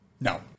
No